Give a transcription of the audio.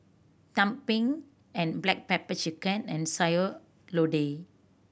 tumpeng and black pepper chicken and Sayur Lodeh